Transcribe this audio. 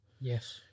Yes